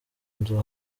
nzu